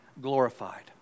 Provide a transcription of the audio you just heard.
glorified